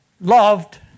loved